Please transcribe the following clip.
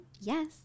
Yes